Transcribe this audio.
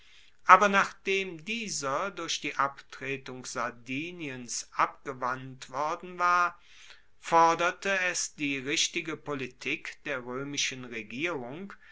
aber nachdem dieser durch die abtretung sardiniens abgewandt worden war forderte es die richtige politik der roemischen regierung